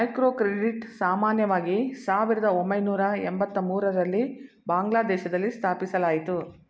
microcredit ಸಾಮಾನ್ಯವಾಗಿ ಸಾವಿರದ ಒಂಬೈನೂರ ಎಂಬತ್ತಮೂರು ರಲ್ಲಿ ಬಾಂಗ್ಲಾದೇಶದಲ್ಲಿ ಸ್ಥಾಪಿಸಲಾಯಿತು